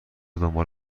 دنبال